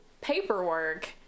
Paperwork